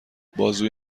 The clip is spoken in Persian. بازوی